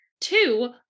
Two